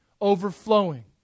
overflowing